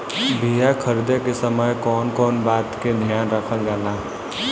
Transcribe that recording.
बीया खरीदे के समय कौन कौन बात के ध्यान रखल जाला?